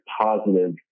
positive